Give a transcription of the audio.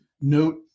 note